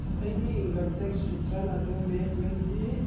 ꯑꯩꯒꯤ income tax return ꯑꯗꯨ May twenty